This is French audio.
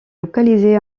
localisé